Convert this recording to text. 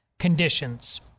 conditions